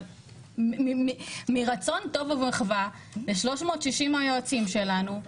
אבל מרצון טוב ומחווה ל-360 היועצים שלנו,